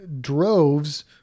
droves